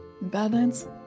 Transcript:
Badlands